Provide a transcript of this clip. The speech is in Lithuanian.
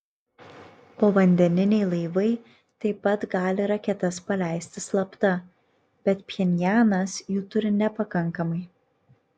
povandeniniai laivai taip pat gali raketas paleisti slapta bet pchenjanas jų turi nepakankamai